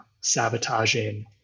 sabotaging